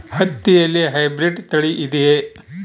ಹತ್ತಿಯಲ್ಲಿ ಹೈಬ್ರಿಡ್ ತಳಿ ಇದೆಯೇ?